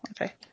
okay